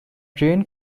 train